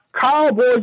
cowboys